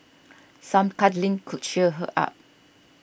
some cuddling could cheer her up